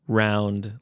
round